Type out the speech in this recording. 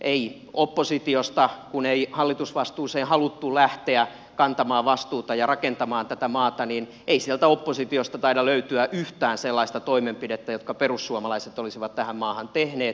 ei oppositiosta kun ei hallitusvastuuseen haluttu lähteä kantamaan vastuuta ja rakentamaan tätä maata ei sieltä oppositiosta taida löytyä yhtään sellaista toimenpidettä jotka perussuomalaiset olisivat tähän maahan tehneet